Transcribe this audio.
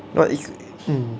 but is mm